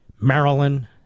Maryland